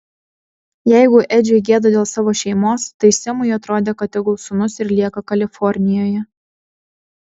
jeigu edžiui gėda dėl savo šeimos tai semui atrodė kad tegul sūnus ir lieka kalifornijoje